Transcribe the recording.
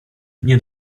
nie